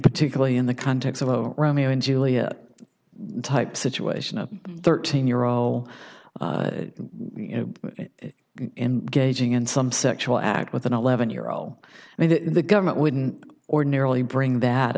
particularly in the context of a romeo and juliet type situation a thirteen year old you know gauging and some sexual act with an eleven year old i mean that the government wouldn't ordinarily bring that